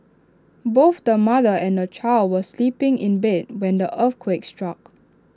both the mother and the child were sleeping in bed when the earthquake struck